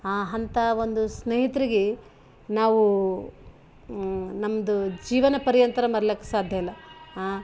ಆ ಅಂಥ ಒಂದು ಸ್ನೇಹಿತ್ರಿಗೆ ನಾವು ನಮ್ಮದು ಜೀವನ ಪರ್ಯಂತರ ಮರೀಲಕ್ ಸಾಧ್ಯ ಇಲ್ಲ